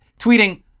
tweeting